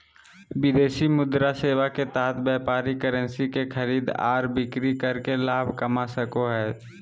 विदेशी मुद्रा सेवा के तहत व्यापारी करेंसी के खरीद आर बिक्री करके लाभ कमा सको हय